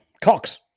Cox